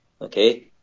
Okay